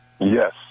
Yes